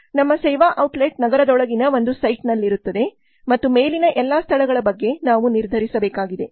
ನಮ್ಮ ಸೇವಾ ಔಟ್ಲೆಟ್ ನಗರದೊಳಗಿನ ಒಂದು ಸೈಟ್ನಲ್ಲಿರುತ್ತದೆ ಮತ್ತು ಮೇಲಿನ ಎಲ್ಲಾ ಸ್ಥಳಗಳ ಬಗ್ಗೆ ನಾವು ನಿರ್ಧರಿಸಬೇಕಾಗಿದೆ